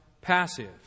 passive